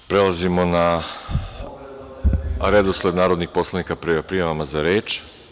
Prelazimo na redosled narodnih poslanika prema prijavama za reč.